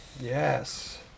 yes